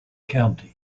county